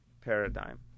paradigm